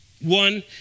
one